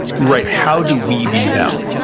you write, how do we view them?